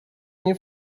nie